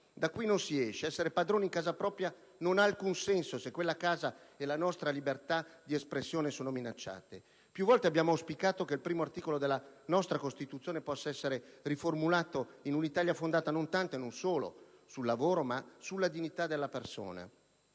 Da qui non si esce. Essere padroni in casa propria non ha alcun senso, se quella casa e la nostra libertà di espressione sono minacciate. Più volte abbiamo auspicato che il primo articolo della nostra Costituzione possa essere riformulato in un'Italia fondata non tanto e non solo sul lavoro, ma sulla dignità della persona.